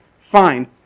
fine